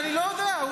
אני לא יודע.